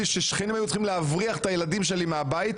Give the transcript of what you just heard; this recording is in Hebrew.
ששכנים היו צריכים להבריח את הילדים שלי מהבית,